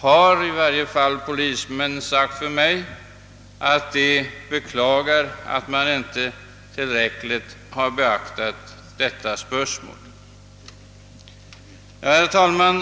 har i varje fall polismän sagt till mig, att de beklagar att man inte har beaktat detta spörsmål tillräckligt. Herr talman!